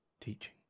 Teaching